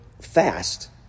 fast